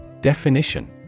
Definition